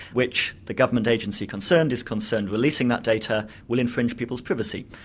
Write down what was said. which the government agency concerned is concerned releasing that data will infringe people's privacy.